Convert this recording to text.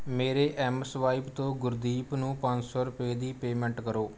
ਮੇਰੇ ਐੱਮਸਵਾਇਪ ਤੋਂ ਗੁਰਦੀਪ ਨੂੰ ਪੰਜ ਸੌ ਰੁਪਏ ਦੀ ਪੇਮੈਂਟ ਕਰੋ